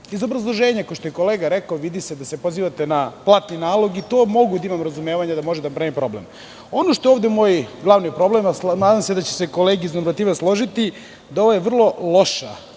Iz obrazloženja, kao što je kolega rekao, se vidi da se pozivate na platni nalog. Tu mogu da imam razumevanja da to može da pravi problem. Ono što je ovde moj glavni problem, nadam se da će se kolege složiti, jeste da je ovo vrlo loša